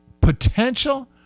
Potential